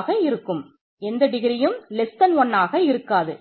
ஆக இருக்காது